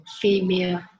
female